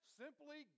simply